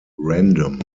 random